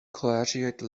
collegiate